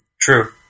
True